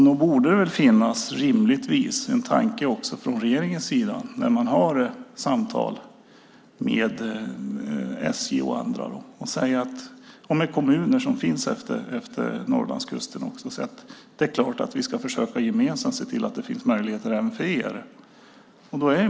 Nog borde det rimligtvis finnas också en tanke från regeringens sida när man har samtal med SJ och andra och också med de kommuner som finns efter Norrlandskusten och säger att det är klart att vi ska försöka att gemensamt se till möjligheter finns även för er.